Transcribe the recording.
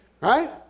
right